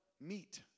meet